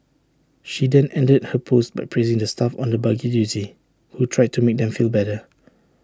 she then ended her post by praising the staff on the buggy duty who tried to make them feel better